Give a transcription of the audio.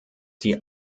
die